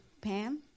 pam